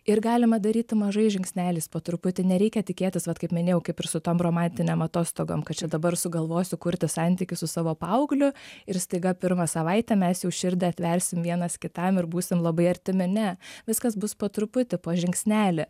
ir galima daryti mažais žingsneliais po truputį nereikia tikėtis vat kaip minėjau kaip ir su tom romantinėm atostogom ką čia dabar sugalvosiu kurti santykius su savo paaugliu ir staiga pirmą savaitę mes jau širdį atversim vienas kitam ir būsim labai artimi ne viskas bus po truputį po žingsnelį